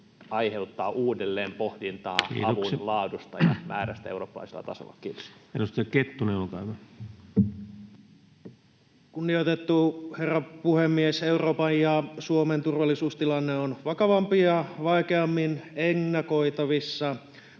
aiheuttaa uudelleenpohdintaa [Puhemies: Kiitoksia!] avun laadusta ja määrästä eurooppalaisella tasolla? — Kiitos. Edustaja Kettunen, olkaa hyvä. Kunnioitettu herra puhemies! Euroopan ja Suomen turvallisuustilanne on vakavampi ja vaikeammin ennakoitavissa